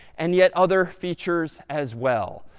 and yet other features as well.